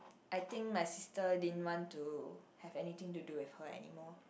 I think my sister didn't want to have anything to do with her anymore